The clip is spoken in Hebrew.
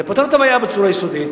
זה פותר את הבעיה בצורה יסודית,